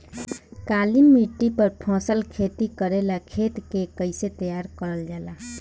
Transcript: काली मिट्टी पर फसल खेती करेला खेत के कइसे तैयार करल जाला?